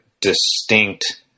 distinct